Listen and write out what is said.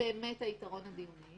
באמת היתרון הדיוני?